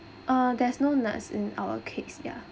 uh there's no nuts in our cakes ya